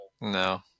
no